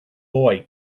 boy